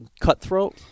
cutthroat